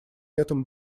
этом